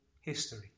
history